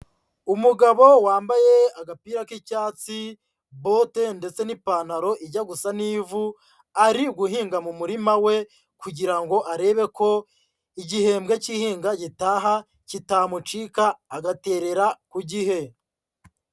Umugabo wambaye agapira k'icyatsi, bote ndetse n'ipantaro ijya gusa n'ivu, ari guhinga mu murima we kugira ngo arebe ko igihembwe k'ihinga gitaha kitamucika agaterera ku gihe.